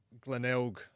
Glenelg